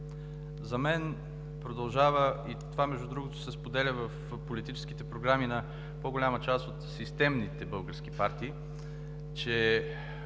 За мен продължава и това, между другото, се споделя в политическите програми на по-голямата част от системните български партии, че